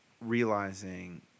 realizing